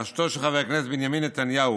בראשותו של חבר הכנסת בנימין נתניהו,